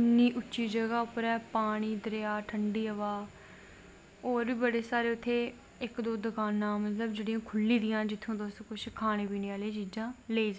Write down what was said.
इन्नी उच्ची जगाह् पर ऐ इन्नी ठंडी हवा होर बी बड़े सारे इक दो दकानां मतलव जेह्ड़ियां खुल्ली दियां न जित्थूं तुस किश खाने पीने आह्लियां चीजां लेई सकदे ओ